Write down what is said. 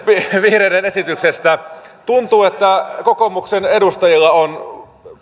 vihreiden esityksestä tuntuu että kokoomuksen edustajilla on